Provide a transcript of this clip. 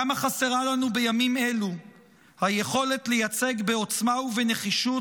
כמה חסרה לנו בימים אלו היכולת לייצג בעוצמה ובנחישות